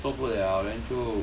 受不了 then 就